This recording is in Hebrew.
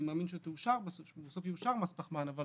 אני מאמין שבסוף יאושר מס פחמן, אבל